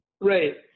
right